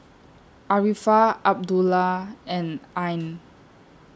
Arifa Abdullah and Ain